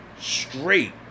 straight